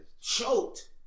choked